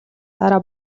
дараа